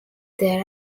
there